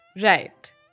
Right